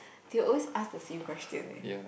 they always ask the same question eh